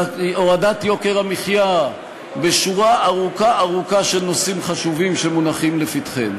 בהורדת יוקר המחיה ובשורה ארוכה ארוכה של נושאים חשובים שמונחים לפתחנו.